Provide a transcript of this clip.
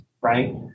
right